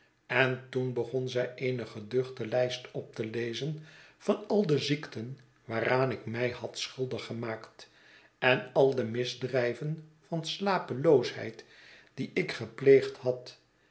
en toen begon zij eene geduchte lijst op te lezen van al de ziekten waaraan ik mij had schuldig gemaakt en al de misdrijven van slapeloosheid die ik gepleegd had